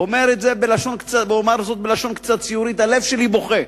אומר את זה בלשון קצת ציורית, הלב שלי בוכה.